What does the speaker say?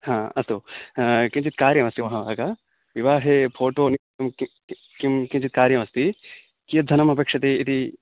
हा अस्तु किञ्चित् कार्यमस्ति महाभागा विवाहे फ़ोटो किञ्चित् कार्यमस्ति कियत् धनमपेक्षते इति